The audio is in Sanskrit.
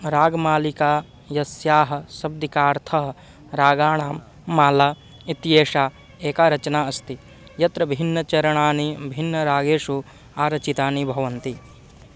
रागमालिका यस्याः शाब्दिकार्थः रागाणां माला इत्येषा एका रचना अस्ति यत्र भिन्नचरणानि भिन्नरागेषु आरचितानि भवन्ति